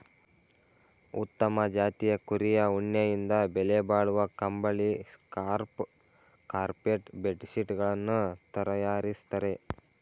ಉತ್ತಮ ಜಾತಿಯ ಕುರಿಯ ಉಣ್ಣೆಯಿಂದ ಬೆಲೆಬಾಳುವ ಕಂಬಳಿ, ಸ್ಕಾರ್ಫ್ ಕಾರ್ಪೆಟ್ ಬೆಡ್ ಶೀಟ್ ಗಳನ್ನು ತರಯಾರಿಸ್ತರೆ